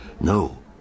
No